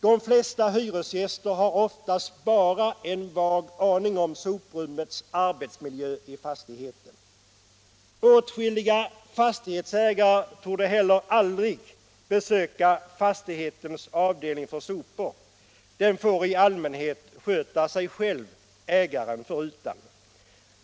De flesta hyresgäster har oftast bara en vag aning om soprummets arbetsmiljö i fastigheten. Åtskilliga fastighetsägare torde heller aldrig besöka fastighetens avdelning för sopor — den får i allmänhet sköta sig själv, ägaren förutan.